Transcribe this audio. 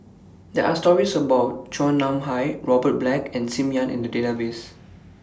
There Are stories about Chua Nam Hai Robert Black and SIM Ann in The Database